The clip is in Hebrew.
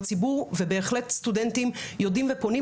הציבור ובהחלט סטודנטים יודעים ופונים.